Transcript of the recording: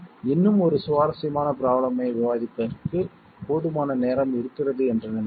இன்னும் ஒரு சுவாரசியமான ப்ரோப்லேம் ஐப் பற்றி விவாதிப்பதற்கு போதுமான நேரம் இருக்கிறது என்று நினைக்கிறேன்